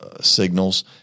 signals